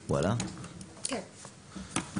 שי סומך